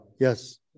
Yes